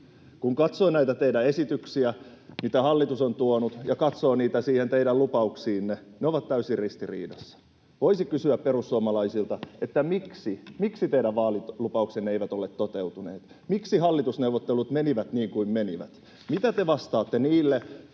Kun katsoo näitä teidän esityksiänne, niitä, mitä hallitus on tuonut, ja katsoo niitä teidän lupauksianne, ne ovat täysin ristiriidassa. Voisi kysyä perussuomalaisilta, miksi teidän vaalilupauksenne eivät ole toteutuneet, miksi hallitusneuvottelut menivät niin kuin menivät. Mitä te vastaatte niille